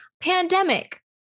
pandemic